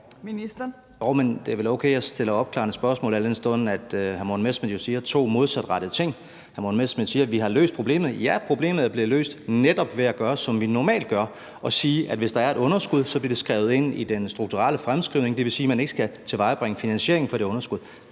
Jørgensen): Jo, men det er vel okay, at jeg stiller opklarende spørgsmål, al den stund at hr. Morten Messerschmidt jo siger to modsatrettede ting. Hr. Morten Messerschmidt siger, at vi har løst problemet. Ja, problemet er blevet løst netop ved at gøre, som vi normalt gør, altså sige, at hvis der er et underskud, bliver det skrevet ind i den strukturelle fremskrivning. Det vil sige, at man ikke skal tilvejebringe finansiering for det underskud.